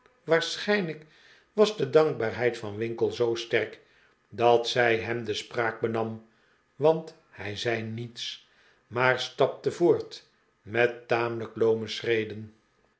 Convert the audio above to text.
waarschijnlijk was de dankbaafheid van winkle zoo sterk dat zij hem de spraak benam want hij zei niets maar v stapte voort met tamelijk loome schreden